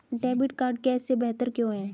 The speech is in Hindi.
डेबिट कार्ड कैश से बेहतर क्यों है?